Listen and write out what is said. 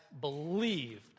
believed